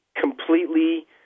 completely